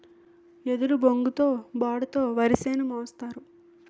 ఎదురుబొంగుతో బోడ తో వరిసేను మోస్తారు